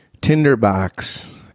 tinderbox